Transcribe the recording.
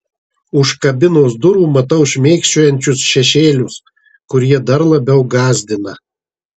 už kabinos durų matau šmėkščiojančius šešėlius kurie dar labiau gąsdina